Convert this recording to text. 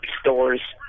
stores